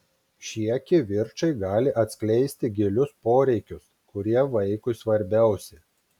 šie kivirčai gali atskleisti gilius poreikius kurie vaikui svarbiausi